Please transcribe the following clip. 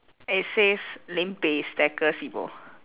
it says lim peh stacker sibo